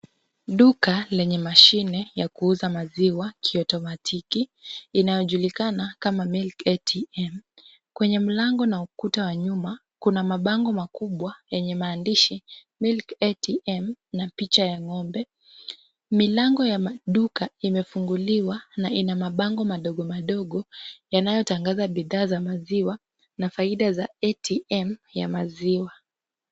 Duka lenye mashine ya kuuza maziwa kiotomatiki inayojulikana kama Milk ATM, kwenye mlango na ukuta wa nyuma kuna mabango makubwa yenye maandishi Milk ATM na picha ya ng'ombe. Milango ya maduka yamefunguliwa na ina mabango madogo madogo yanayotangaza bidhaa za maziwa na faida za ATM ya maziwa.